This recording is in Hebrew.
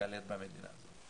להיקלט במדינה.